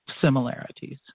similarities